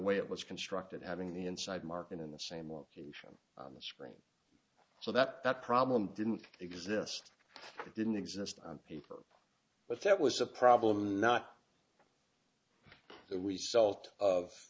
way it was constructed having the inside mark in the same location on the screen so that that problem didn't exist didn't exist on paper but that was a problem not we salt of